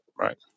Right